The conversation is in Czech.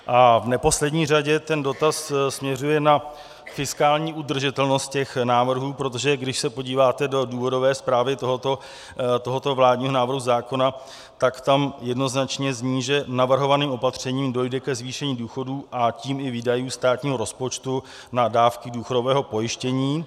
A v neposlední řadě ten dotaz směřuje na fiskální udržitelnost těch návrhů, protože když se podíváte do důvodové zprávy tohoto vládního návrhu zákona, tak tam jednoznačně zní, že navrhovaným opatřením dojde ke zvýšení důchodů, a tím i výdajů státního rozpočtu na dávky důchodového pojištění.